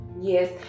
Yes